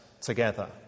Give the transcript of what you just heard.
together